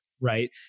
Right